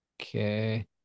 Okay